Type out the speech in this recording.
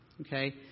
okay